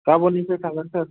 गाबोननिफ्राय थांगोन सार